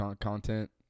content